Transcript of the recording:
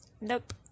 Nope